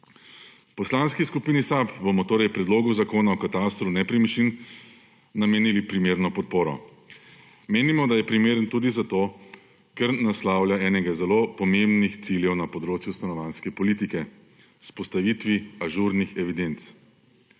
Poslanski skupini SAB bomo torej Predlogu zakona o katastru nepremičnin namenili primerno podporo. Menimo, da je primeren tudi zato, ker naslavlja enega zelo pomembnih ciljev na področju stanovanjske politike – vzpostavitvi ažurnih evidenc.